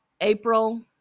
April